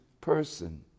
person